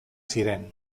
ziren